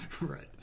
Right